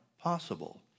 possible